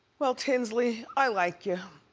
well, tinsley, i like ya.